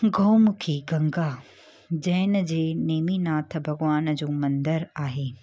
गौमुखी गंगा जैन जे नेमीनाथ भॻवान जो मंदरु आहे